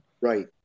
Right